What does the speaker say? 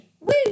Woo